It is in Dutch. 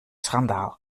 schandaal